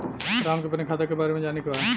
राम के अपने खाता के बारे मे जाने के बा?